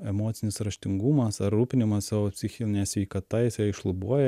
emocinis raštingumas ar rūpinimas savo psichine sveikata jisai šlubuoja